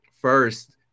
first